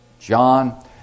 John